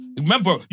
Remember